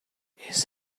his